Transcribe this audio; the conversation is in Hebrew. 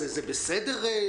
זה בסדר?